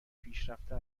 پیشرفته